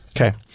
Okay